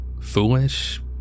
Foolish